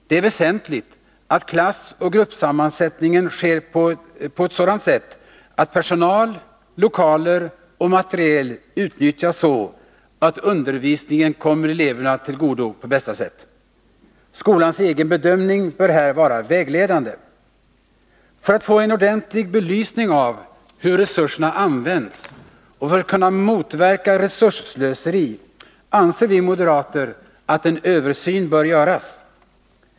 Det är väsentligt att klassoch gruppsammansättningen sker på ett sådant sätt att personal, lokaler och materiel utnyttjas så, att undervisningen kommer eleverna till godo på bästa sätt. Skolans egen bedömning bör här vara vägledande. För att få en ordentlig belysning av hur resurserna används och för att kunna motverka resursslöseri anser vi moderater att en översyn bör göras.